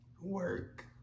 work